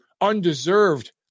undeserved